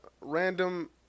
random